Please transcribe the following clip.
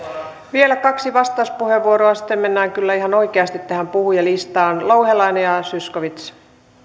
vielä kaksi vastauspuheenvuoroa sitten mennään kyllä ihan oikeasti tähän puhujalistaan louhelainen ja zyskowicz